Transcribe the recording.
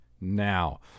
now